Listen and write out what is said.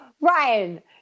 Ryan